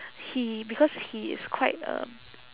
he because he is quite um